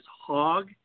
Hog